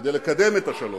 כדי לקדם את השלום,